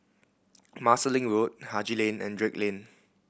Marsiling Road Haji Lane and Drake Lane